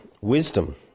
Wisdom